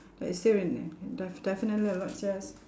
that you still re~ def~ definitely a lot just